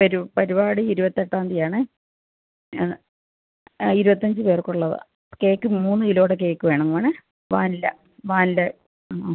പരുപാടി ഇരുപത്തെട്ടാംതീയ്യതിയാണേ ആ ഇരുപത്തഞ്ച് പേർക്കുള്ളതാ കേക്ക് മൂന്ന് കിലോയുടെ കേക്ക് വേണം വേണേ വാനില വാനില ആ ആ